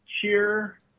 Cheer –